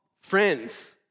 Friends